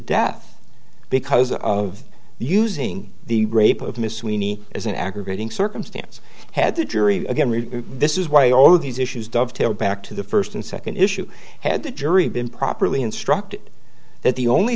death because of using the rape of miss weenie as an aggravating circumstance had the jury again this is why all of these issues dovetail back to the first and second issue had the jury been properly instructed that the only